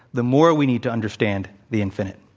the more we need to understand the infinite.